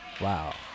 Wow